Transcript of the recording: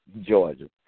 Georgia